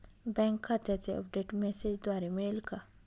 Bank खात्याचे update मेसेजद्वारे मिळेल का?